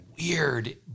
weird